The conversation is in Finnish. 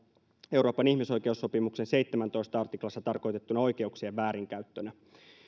euroopan ihmisoikeussopimuksen seitsemännessätoista artiklassa tarkoitettuna oikeuksien väärinkäyttönä